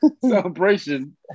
celebration